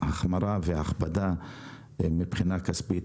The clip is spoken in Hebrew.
ההחמרה וההקפדה מבחינה כספית.